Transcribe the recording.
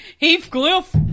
Heathcliff